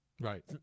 Right